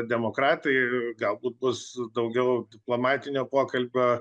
demokratai galbūt bus daugiau diplomatinio pokalbio